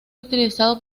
utilizado